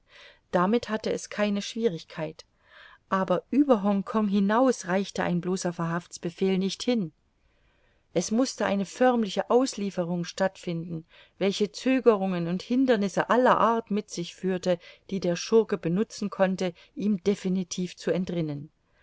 damit hatte es keine schwierigkeit aber über hongkong hinaus reichte ein bloßer verhaftsbefehl nicht hin es mußte eine förmliche auslieferung stattfinden welche zögerungen und hindernisse aller art mit sich führte die der schurke benutzen konnte ihm definitiv zu entrinnen